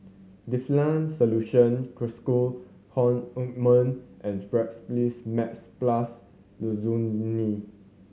Difflam Solution Cocois Co Ointment and Strepsils Max Plus Lozenge